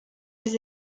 les